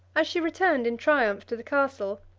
as she returned in triumph to the castle,